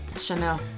Chanel